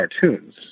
cartoons